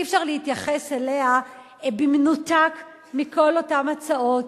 אי-אפשר להתייחס אליה במנותק מכל אותן הצעות